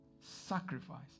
sacrifice